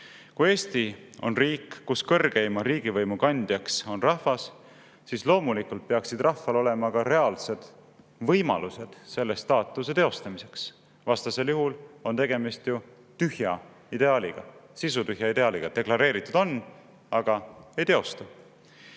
Kui Eesti on riik, kus kõrgeima riigivõimu kandja on rahvas, siis loomulikult peaksid rahval olema reaalsed võimalused selle staatuse teostamiseks, vastasel juhul on tegemist tühja ideaaliga, sisutühja ideaaliga – deklareeritud on, aga ei teostu.